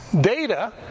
data